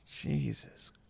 Jesus